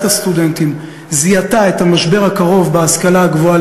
הסטודנטים זיהתה את המשבר הקרוב בהשכלה הגבוהה,